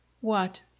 What